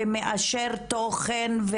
ומאשר תוכן.